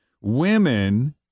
Women